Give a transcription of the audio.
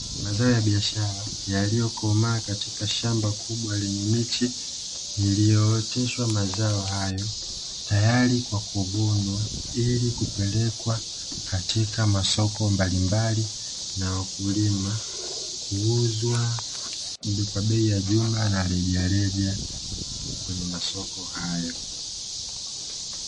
Mazao ya biashara yaliyokomaa katika shamba kubwa lenye miche iliyooteshwa mazao hayo tayari kwa kuvunwa, ili kupelekwa katika masoko mbalimbali na wakulima kuuzwa kwa bei ya jumla na rejareja kwenye masoko hayo.